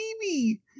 baby